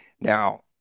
Now